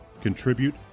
Contribute